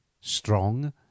strong